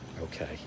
Okay